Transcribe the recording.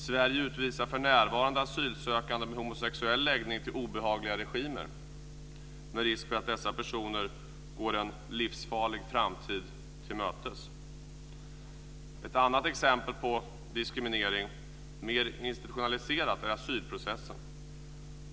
Sverige utvisar för närvarande asylsökande med homosexuell läggning till obehagliga regimer, med risk för att dessa personer går en livsfarlig framtid till mötes. Ett annat exempel på diskriminering, mer institutionaliserad, är asylprocessen.